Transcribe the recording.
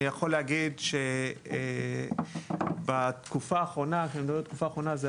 אני יכול להגיד שבתקופה האחרונה כשאני מדבר על התקופה האחרונה,